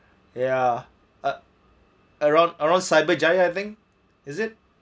ya at around around cyberjaya I think is it